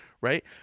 right